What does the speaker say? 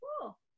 Cool